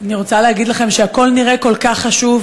אני רוצה להגיד לכם שהכול נראה כל כך חשוב,